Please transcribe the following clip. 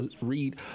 read